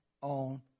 on